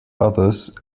others